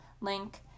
link